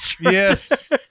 yes